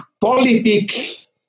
politics